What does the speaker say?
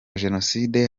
jenoside